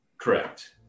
Correct